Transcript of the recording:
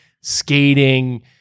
skating